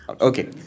Okay